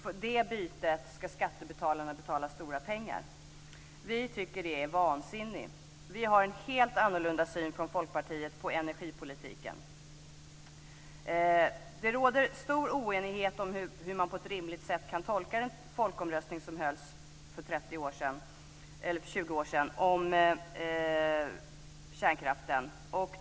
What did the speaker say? För det bytet ska skattebetalarna betala stora pengar. Vi tycker att det är vansinnigt. Vi i Folkpartiet har en helt annorlunda syn på energipolitiken. Det råder stor oenighet om hur man på ett rimligt sätt kan tolka den folkomröstning om kärnkraften som hölls för 20 år sedan.